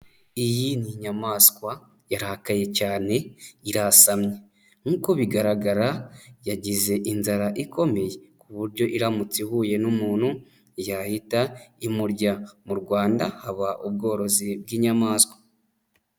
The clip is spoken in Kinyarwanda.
Iyi ni inyamaswa yarakaye cyane irasamye. Nk'uko bigaragara yagize inzara ikomeye ku buryo iramutse ihuye n'umuntu yahita imurya. Mu Rwanda haba ubworozi bw'inyamaswa.